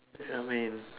I mean